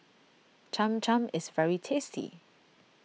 Cham Cham is very tasty